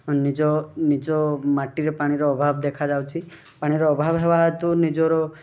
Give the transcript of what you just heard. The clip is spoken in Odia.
ନିଜ ନିଜ ମାଟିରେ ପାଣିର ଅଭାବ ଦେଖାଯାଉଛି ପାଣିର ଅଭାବ ହେବା ହେତୁ ନିଜର